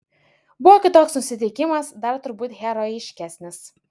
buvo kitoks nusiteikimas dar turbūt herojiškesnis